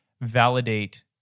validate